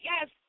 Yes